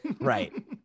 right